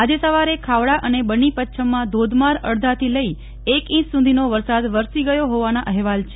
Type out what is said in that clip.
આજે સવારે ખાવડા અને બન્ની પચ્છમમાં ધોધમાર અડધાથી લઈ એક ઈંચ સુધીનો વરસાદ વરસી ગયો હોવાના અહેવાલ છે